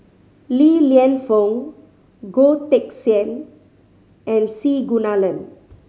Li Lienfung Goh Teck Sian and C Kunalan